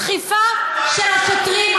הדחיפה של השוטרים,